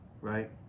right